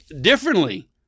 differently